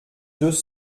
deux